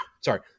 Sorry